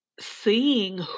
seeing